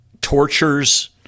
tortures